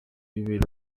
ibere